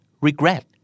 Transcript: Regret